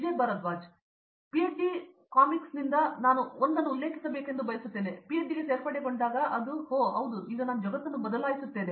Vijay Bharadwaj PhD ಕಾಮಿಕ್ಸ್ನಿಂದ ನಾನು ಒಂದನ್ನು ಉಲ್ಲೇಖಿಸಬೇಕೆಂದು ನಾನು ಬಯಸುತ್ತೇನೆ ನಾನು ಪಿಎಚ್ಡಿಗೆ ಸೇರ್ಪಡೆಗೊಂಡಾಗ ಅದು ಓ ಹೌದು ನಾನು ಈಗ ಜಗತ್ತನ್ನು ಬದಲಾಯಿಸುತ್ತೇನೆ